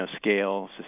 scale